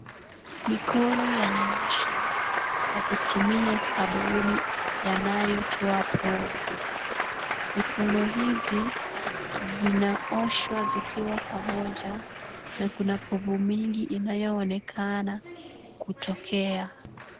Mikono yanaoshwa kwa kutumia sabuni yanayotoa povu. Mikono hizi zinaoshwa zikiwa pamoja na kuna povu mingi inayoonekana kutokea.